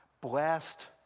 Blessed